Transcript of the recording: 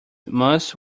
must